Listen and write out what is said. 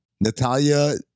Natalia